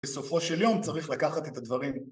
בסופו של יום צריך לקחת את הדברים